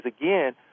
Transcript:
again